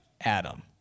Adam